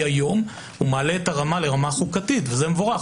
היום הוא מעלה את הרמה לרמה חוקתית וזה מבורך